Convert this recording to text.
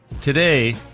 Today